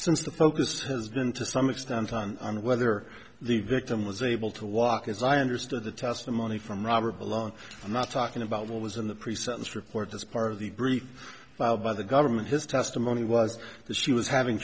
since the focus has been to some extent on whether the victim was able to walk as i understood the testimony from robert along i'm not talking about what was in the pre sentence report as part of the brief filed by the government his testimony was that she was having